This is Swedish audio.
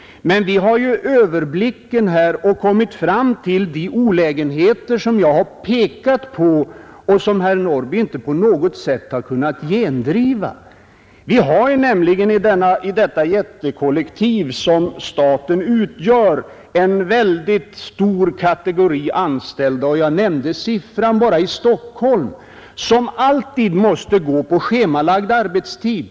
Men vi har ju överblicken och har kommit fram till att det finns olägenheter, som jag har pekat på och som herr Norrby inte på något sätt har kunnat gendriva. Vi har nämligen i detta jättekollektiv, som staten utgör, en mycket stor kategori anställda — jag nämnde siffran enbart för Stockholm — som alltid måste ha schemalagd arbetstid.